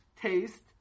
taste